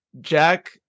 Jack